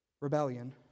rebellion